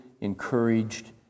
encouraged